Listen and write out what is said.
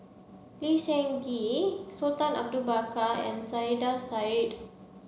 Lee Seng Gee Sultan Abu Bakar and Saiedah Said